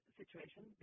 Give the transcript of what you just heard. situation